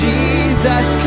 Jesus